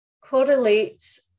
correlates